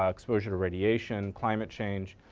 um exposure to radiation, climate change.